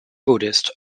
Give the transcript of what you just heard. buddhist